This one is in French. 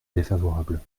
défavorable